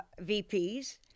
VPs